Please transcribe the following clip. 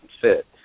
fit